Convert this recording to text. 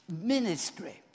Ministry